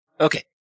Okay